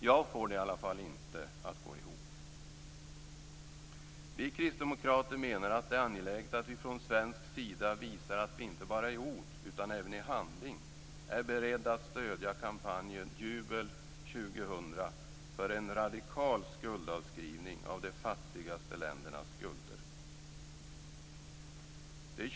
Jag får det i alla fall inte att gå ihop. Vi kristdemokrater menar att det är angeläget att vi från svensk sida visar att vi inte bara i ord utan även i handling är beredda att stödja kampanjen Jubel 2000 för en radikal skuldavskrivning av de fattigaste ländernas skulder.